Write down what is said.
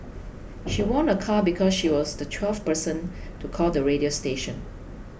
she won a car because she was the twelfth person to call the radio station